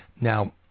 Now